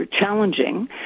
challenging